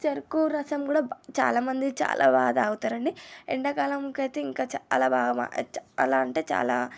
చెరుకు రసం కూడా చాలామంది చాలా బా తాగుతారండి ఎండాకాలంకైతే ఇంకా చాలా బాగా చాలా అంటే చాలా